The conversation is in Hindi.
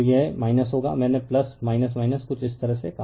तो यह होगा मैंने कुछ इस तरह से कहा